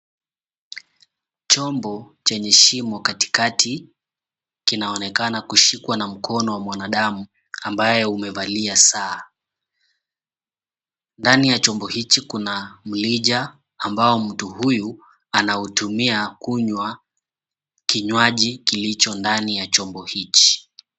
Chombo chenye shimo katikati kinaonekana kushikwa na mkono wa mwanadamu ambaye umevalia saa. Ndani ya chombo hichi kuna mrija ambao mtu huyu anautumia kunywa kinywaji kilicho ndani ya chombo hichi.